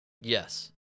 Yes